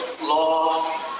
law